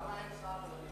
למה אין שר?